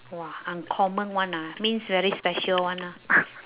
[wah] uncommon [one] ah means very special [one] ah